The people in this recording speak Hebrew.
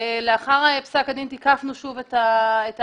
לאחר פסק הדין, תיקפנו שוב את העמדה